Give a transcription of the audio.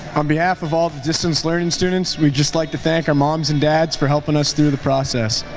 on behalf of all the distance learning students, we'd just like to thank our moms and dads for helpin' us through the process.